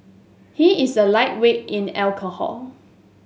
he is a lightweight in alcohol